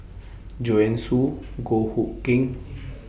Joanne Soo Goh Hood Keng